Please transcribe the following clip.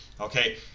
Okay